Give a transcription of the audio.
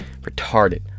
Retarded